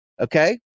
Okay